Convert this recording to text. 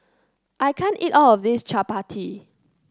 I can't eat all of this Chapati